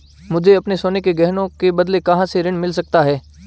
मुझे अपने सोने के गहनों के बदले कहां से ऋण मिल सकता है?